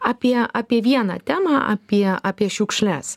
apie apie vieną temą apie apie šiukšles